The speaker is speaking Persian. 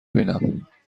بیینم